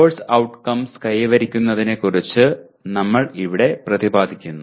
course outcomes കൈവരിക്കുന്നതിനെക്കുറിച്ച് നങ്ങൾ ഇവിടെ പ്രതിപാദിക്കുന്നു